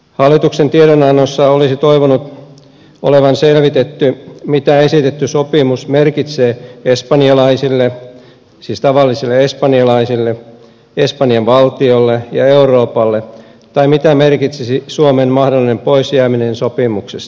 hallituksen tiedonannossa olisi toivonut olevan selvitetty mitä esitetty sopimus merkitsee espanjalaisille siis tavallisille espanjalaisille espanjan valtiolle ja euroopalle tai mitä merkitsisi suomen mahdollinen poisjääminen sopimuksesta